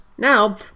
Now